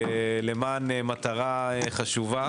לשם דוגמה,